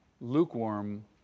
lukewarm